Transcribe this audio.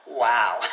Wow